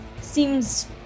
seems